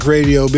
Radio